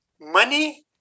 money